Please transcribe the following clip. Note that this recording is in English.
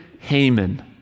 Haman